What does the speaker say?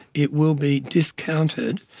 it will be discounted,